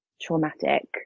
traumatic